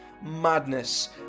madness